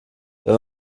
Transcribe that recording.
wenn